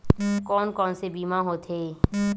कोन कोन से बीमा होथे?